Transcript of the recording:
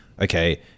okay